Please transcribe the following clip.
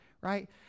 right